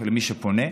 למי שפונה.